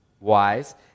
wise